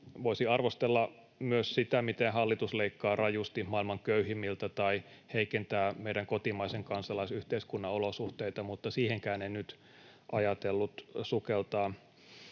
Voisin arvostella myös sitä, miten hallitus leikkaa rajusti maailman köyhimmiltä tai heikentää meidän kotimaisen kansalaisyhteiskunnan olosuhteita, mutta siihenkään en nyt ajatellut sukeltaa.